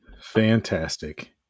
Fantastic